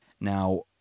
Now